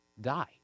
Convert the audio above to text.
die